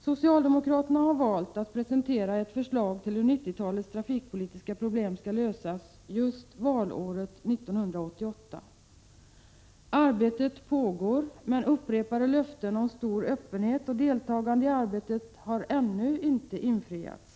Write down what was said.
Socialdemokraterna har valt att just valåret 1988 presentera ett förslag till hur 1990-talets trafikpolitiska problem skall lösas. Arbetet pågår men upprepade löften om stor öppenhet och deltagande i arbetet har ännu inte infriats.